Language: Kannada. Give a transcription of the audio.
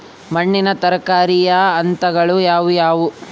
ಮಣ್ಣಿನ ತಯಾರಿಕೆಯ ಹಂತಗಳು ಯಾವುವು?